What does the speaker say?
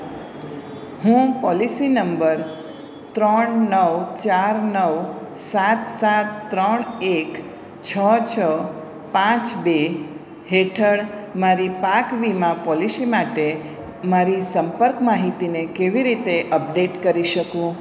હું policy number ત્રણ નવ ચાર નવ સાત સાત ત્રણ એક છ છ પાંચ બે હેઠળ મારી પાક વીમા પોલિશી માટે મારી સંપર્ક માહિતીને કેવી રીતે અપડેટ કરી શકું